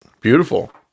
Beautiful